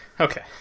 Okay